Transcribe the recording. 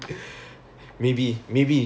nope ya